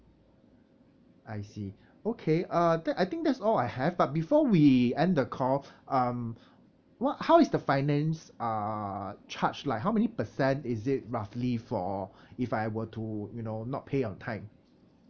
I see okay uh tha~ I think that's all I have but before we end the call um what how is the finance uh charge like how many percent is it roughly for if I were to you know not pay on time